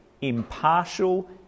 impartial